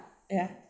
ya